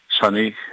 Sunny